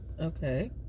Okay